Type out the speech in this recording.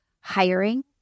hiring